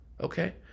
Okay